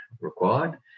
required